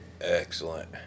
Excellent